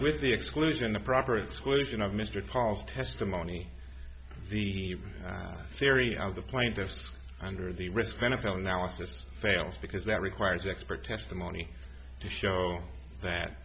with the exclusion the proper exclusion of mr paul's testimony the theory of the plaintiff under the risk benefit analysis fails because that requires expert testimony to show that